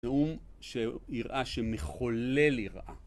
נאום, שיראה, שמחולל יראה.